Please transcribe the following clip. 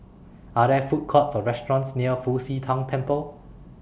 Are There Food Courts Or restaurants near Fu Xi Tang Temple